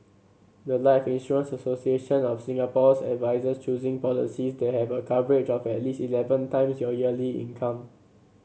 the life Insurance Association of Singapore's advises choosing policies that have a coverage of at least eleven times your yearly income